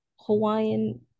Hawaiian